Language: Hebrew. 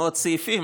מאות סעיפים,